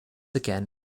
again